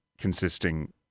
consisting